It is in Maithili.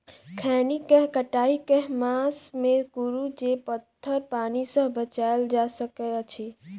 खैनी केँ कटाई केँ मास मे करू जे पथर पानि सँ बचाएल जा सकय अछि?